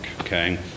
okay